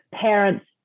parents